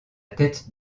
tête